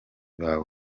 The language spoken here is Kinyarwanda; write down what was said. bawe